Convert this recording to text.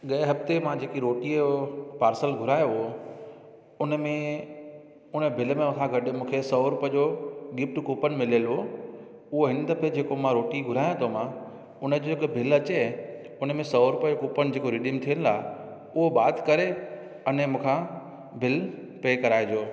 गए हफ़्ते जी मां जेकी रोटी जो पार्सल घुरायो हुओ उनमें उन बिल में खां गॾु मूंखे सौ रुपियो जो गिफ्ट कूपन मिलियलु हुओ उहो हिन दफ़े जेको मां रोटी घुराया थो मां उन जो जेको बिल अचे उनमें सौ रुपियो जो कूपन जेको रिडीम थियलु आहे उहो बात करे अने मूंखां बिल पे कराइजो